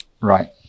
Right